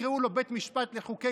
תקראו לו בית משפט לחוקי-יסוד,